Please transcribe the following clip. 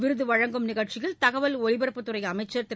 விருது வழங்கும் நிகழ்ச்சியில் தகவல் ஒலிபரப்புத்துறை அமைச்சர் திரு